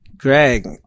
Greg